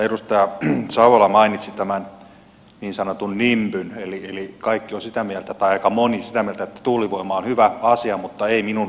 edustaja savola mainitsi tämän niin sanotun nimbyn eli kaikki ovat sitä mieltä tai aika moni että tuulivoima on hyvä asia mutta ei minun takapihalleni